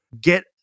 Get